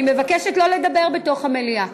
אני מבקשת לא לדבר בתוך המליאה.